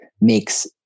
makes